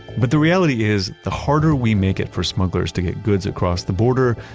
but the reality is, the harder we make it for smugglers to get goods across the border,